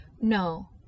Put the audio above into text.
no